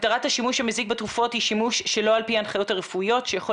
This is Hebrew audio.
הגדרת השימוש המזיק בתרופות היא שימוש שלא על פי הנחיות רפואיות שיכול